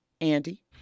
Andy